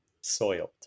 Soiled